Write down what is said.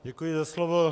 Děkuji za slovo.